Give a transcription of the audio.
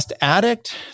Addict